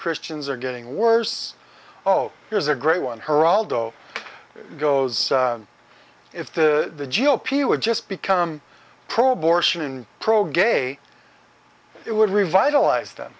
christians are getting worse oh here's a great one geraldo goes if the g o p would just become pro abortion and pro gay it would revitalize the